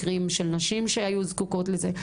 מקרים של נשים שהיו זקוקות לזה.